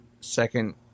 second